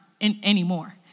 anymore